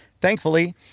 Thankfully